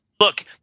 look